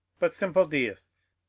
but simple deists.